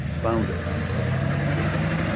founded on on the advertising.